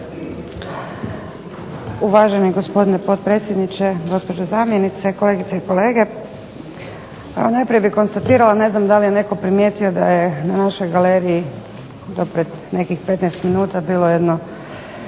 Uvaženi gospodine potpredsjedniče, gospođo zamjenice, kolegice i kolege. Najprije bih konstatirala ne znam da li je netko primijetio da je na našoj galeriji prije nekih 15-tak minuta bilo 50